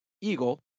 eagle